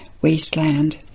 wasteland